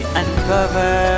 uncover